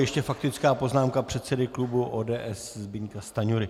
Ještě faktická poznámka předsedy klubu ODS pana Zbyňka Stanjury.